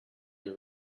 your